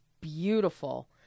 beautiful